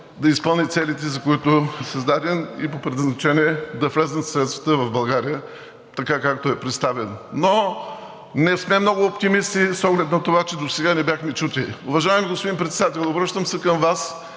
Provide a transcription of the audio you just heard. да изпълни целите, за които е създаден, и по предназначение средствата да влязат в България, така както е представен. Но не сме много оптимисти с оглед на това, че досега не бяхме чути. Уважаеми господин Председател, обръщам се към Вас